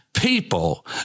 People